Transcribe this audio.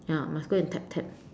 ya must go and tap tap